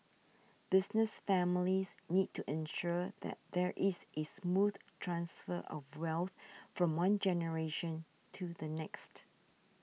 business families need to ensure that there is a smooth transfer of wealth from one generation to the next